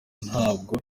ntabwo